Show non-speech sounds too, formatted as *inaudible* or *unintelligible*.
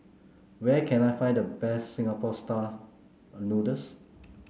where can I find the best Singapore style *unintelligible* noodles